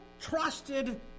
trusted